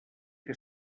que